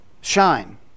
Shine